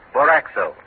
Boraxo